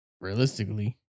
Realistically